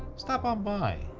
stop on by,